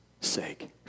sake